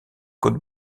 côtes